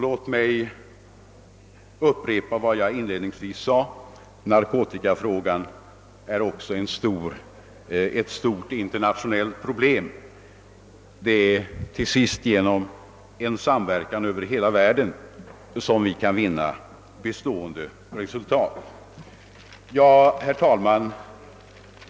Låt mig även upprepa vad jag inledningsvis sade: Narkotikafrågan är också ett stort internationellt problem. Det är till sist genom en samverkan över hela världen som vi kan vinna bestående resultat. Herr talman!